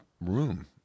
room